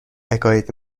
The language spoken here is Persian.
عقاید